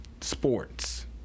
sports